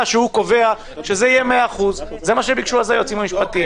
שהוא קובע שזה יהיה 100%. זה מה שביקשו אז היועצים המשפטיים.